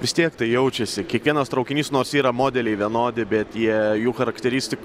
vis tiek tai jaučiasi kiekvienas traukinys nors yra modeliai vienodi bet jie jų charakteristik